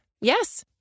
Yes